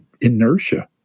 inertia